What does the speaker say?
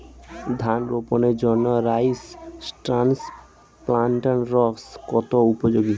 ধান রোপণের জন্য রাইস ট্রান্সপ্লান্টারস্ কতটা উপযোগী?